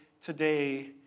today